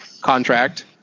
contract